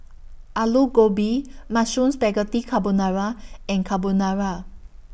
Alu Gobi Mushroom Spaghetti Carbonara and Carbonara